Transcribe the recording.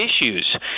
issues